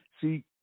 See